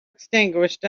extinguished